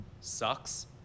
sucks